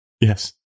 Yes